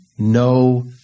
No